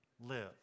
live